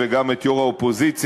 וגם את יושב-ראש האופוזיציה,